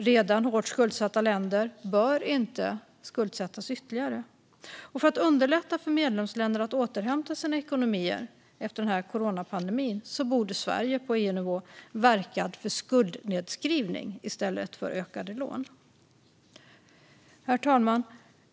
Redan hårt skuldsatta länder bör inte skuldsättas ytterligare. För att underlätta för medlemsländer att återhämta sina ekonomier efter coronapandemin borde Sverige på EU-nivå ha verkat för skuldnedskrivning i stället för ökade lån. Herr talman!